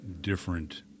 different